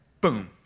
Boom